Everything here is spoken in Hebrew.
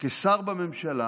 לשר בממשלה